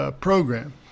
program